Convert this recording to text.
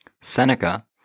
Seneca